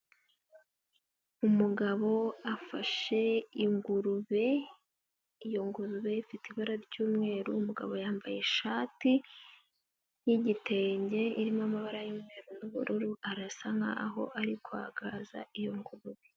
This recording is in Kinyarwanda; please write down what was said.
Umugabo afashe ingurube, iyo ngurube ifite ibara ry'umweru. Umugabo yambaye ishati y'igitenge irimo amabara y'ubururu, arasa nk'aho ari kwagaza iyo ngurube.